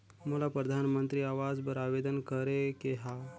मोला परधानमंतरी आवास बर आवेदन करे के हा?